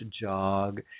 jog